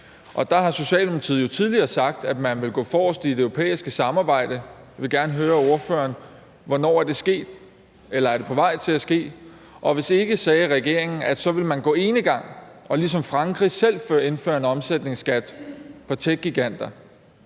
Der har Socialdemokratiet jo tidligere sagt, at man vil gå forrest i det europæiske samarbejde. Jeg vil gerne høre ordføreren, hvornår det er sket, eller om det er på vej til at ske. Hvis ikke, ville man – sagde regeringen – gå enegang og ligesom Frankrig selv indføre en omsætningsskat for techgiganter.